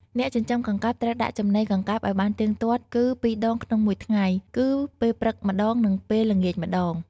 អ្នកចិញ្ចឹមកង្កែបត្រូវដាក់ចំណីកង្កែបឲ្យបានទៀងទាត់ គឺពីរដងក្នុងមួយថ្ងៃ គឺពេលព្រឹកម្ដង និងពេលល្ងាចម្ដង។